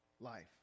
life